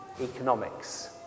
economics